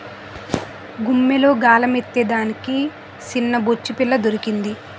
గుమ్మిలో గాలమేత్తే దానికి సిన్నబొచ్చుపిల్ల తగిలింది